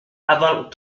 avant